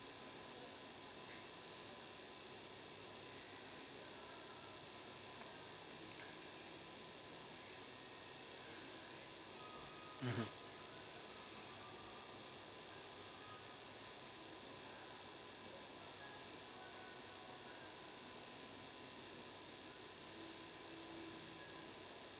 mmhmm